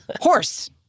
Horse